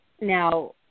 now –